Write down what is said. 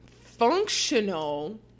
functional